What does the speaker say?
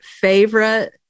favorite